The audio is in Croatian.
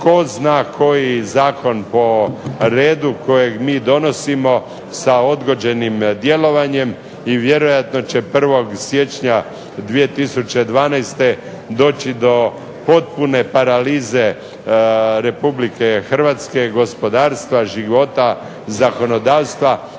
tko zna koji zakon po redu kojeg mi donosimo sa odgođenim djelovanjem. I vjerojatno će 1. siječnja 2012. doći do potpune paralize Republike Hrvatske, gospodarstva, života, zakonodavstva.